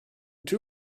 two